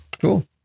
cool